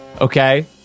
Okay